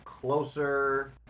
closer